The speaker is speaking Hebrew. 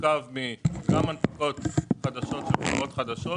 מורכב מכמה הנפקות חדשות של חברות חדשות,